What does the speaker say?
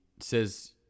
says